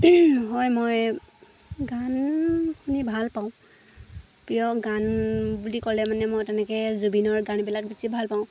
হয় মই গান শুনি ভাল পাওঁ প্ৰিয় গান বুলি ক'লে মানে মই তেনেকৈ জুবিনৰ গানবিলাক বেছি ভাল পাওঁ